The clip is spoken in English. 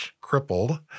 crippled